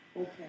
Okay